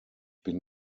bin